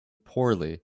poorly